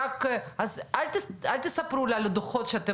אז אל תספרו לנו על דוחות שאתם מוציאים.